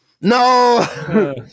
No